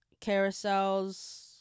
Carousels